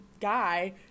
guy